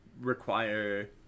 require